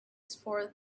for